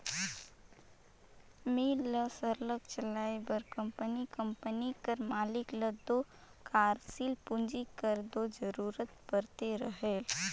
मील ल सरलग चलाए बर कंपनी कंपनी कर मालिक ल दो कारसील पूंजी कर दो जरूरत परते रहेल